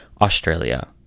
Australia